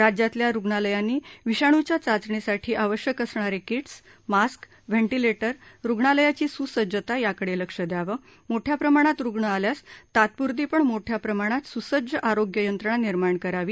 राज्यातल्या रुग्णालयांनी विषाणूच्या चाचणीसाठी आवश्यक असणारे किट्स मास्क व्हेंटिलेटर रुग्णालयाची स्सज्जता याकडे लक्ष द्यावं मोठ्याप्रमाणात रुग्ण आल्यास तात्प्रती पण मोठ्या प्रमाणात सुसज्ज आरोग्य यंत्रणा निर्माण करावी